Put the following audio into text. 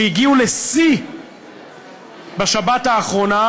שהגיעו לשיא בשבת האחרונה,